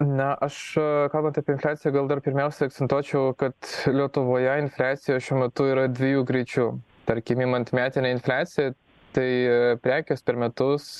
na aš kalbant apie infliaciją gal dar pirmiausia akcentuočiau kad lietuvoje infliacija šiuo metu yra dviejų greičių tarkim imant metinę infliaciją tai prekės per metus